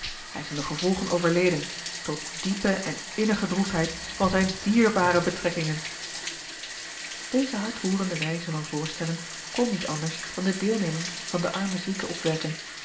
hij is aan de gevolgen overleden tot diepe en innige droefheid van zijne dierbare betrekkingen deze hartroerende wijze van voorstellen kon niet anders dan de deelneming van den armen zieke opwekken